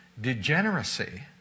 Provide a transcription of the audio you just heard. degeneracy